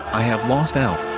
i have lost out.